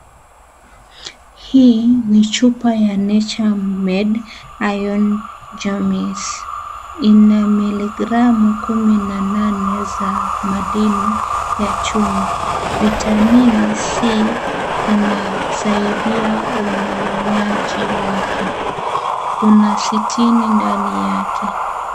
Hii ni chupa ya Nature Made Iron Gummies . Ina miligramu kumi na nane za madini ya chuma. Vitamini C inasaidia unyonyaji wake. Kuna sitini ndani yake.